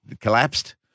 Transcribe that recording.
collapsed